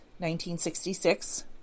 1966